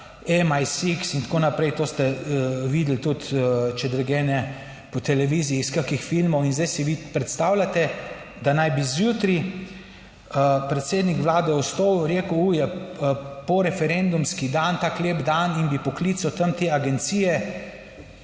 MI6 in tako naprej, to ste videli tudi, če drugje ne, po televiziji iz kakšnih filmov. In zdaj si vi predstavljate, da naj bi zjutraj predsednik Vlade vstal, rekel, u, je poreferendumski dan, tak lep dan, in bi poklical tam te agencije,